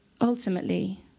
Ultimately